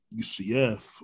UCF